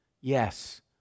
Yes